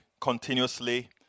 continuously